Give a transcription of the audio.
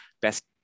Best